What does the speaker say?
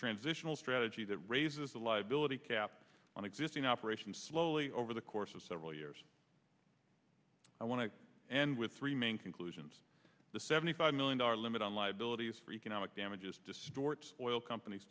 transitional strategy that raises the liability cap on existing operations slowly over the course of several years i want to end with three main conclusions the seventy five million dollar limit on liabilities for economic damages distort oil companies